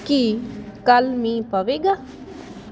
ਕੀ ਕੱਲ੍ਹ ਮੀਂਹ ਪਵੇਗਾ